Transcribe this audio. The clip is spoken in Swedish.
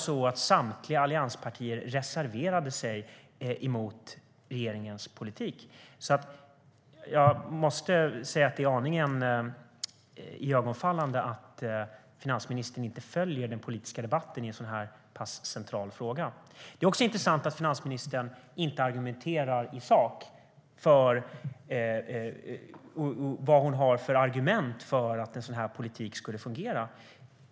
Samtliga allianspartier reserverade sig mot regeringens politik. Jag måste säga att det är aningen iögonfallande att finansministern inte följer den politiska debatten i en så pass central fråga. Det är också intressant att finansministern inte argumenterar i sak för att en sådan här politik skulle fungera.